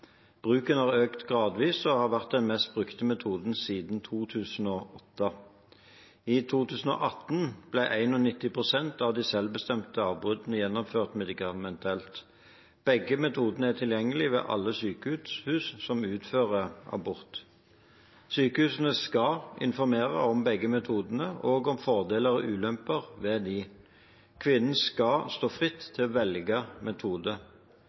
Bruken har økt gradvis og har vært den mest brukte metoden siden 2008. I 2018 ble 91 pst. av de selvbestemte avbruddene gjennomført medikamentelt. Begge metodene er tilgjengelige ved alle sykehus som utfører abort. Sykehusene skal informere om begge metodene og om fordeler og ulemper ved dem. Kvinnene skal stå fritt til å velge metode.